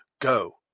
Go